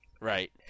Right